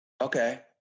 Okay